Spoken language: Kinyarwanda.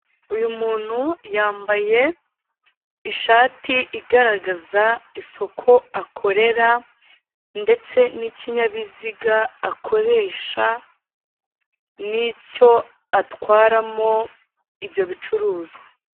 Uyu muntu yambaye ishati igaragaza isoko akorera ndetse n'ikinyabiziga akoresha n'icyo atwaramo ibyo bicuruzwa.